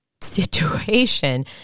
situation